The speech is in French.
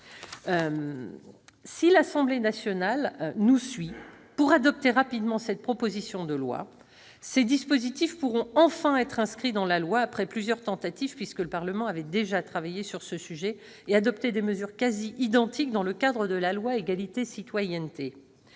Si l'Assemblée nationale nous suit et adopte rapidement cette proposition de loi, ces dispositifs pourront enfin être inscrits dans la loi, après plusieurs tentatives- le Parlement avait déjà travaillé sur ce sujet et adopté des mesures quasi identiques dans le cadre de la loi relative à l'égalité et